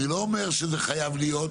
אני לא אומר שזה חייב להיות,